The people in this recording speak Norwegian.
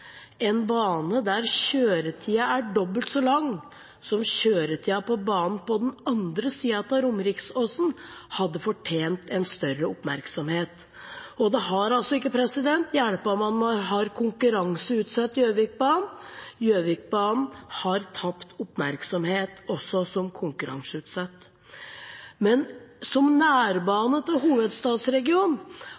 En bane der kjøretiden er dobbelt så lang som kjøretiden på banen på den andre siden av Romeriksåsen, hadde fortjent en større oppmerksomhet. Det har ikke hjulpet at man har konkurranseutsatt Gjøvikbanen. Gjøvikbanen har tapt oppmerksomhet også som konkurranseutsatt. Som